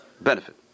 benefit